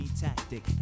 tactic